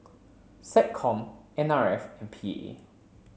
SecCom N R F and P A